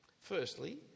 firstly